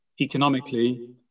Economically